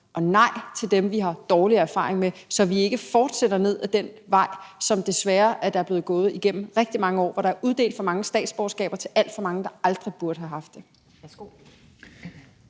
og nej til dem, vi har dårlig erfaring med, så vi ikke fortsætter ned ad den vej, som der desværre er blevet gået ad igennem rigtig mange år, hvor der er blevet uddelt for mange statsborgerskaber til alt for mange, der aldrig burde have haft det?